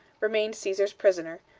remained caesar's prisoner,